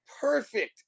Perfect